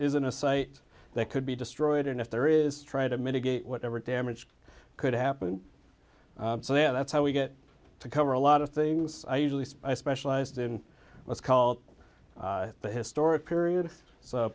isn't a site that could be destroyed and if there is try to mitigate whatever damage could happen so then that's how we get to cover a lot of things i usually spy specialized in what's called the historic period so